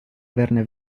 averne